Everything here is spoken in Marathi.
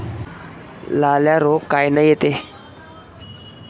लाल्या रोग कायनं येते?